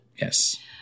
Yes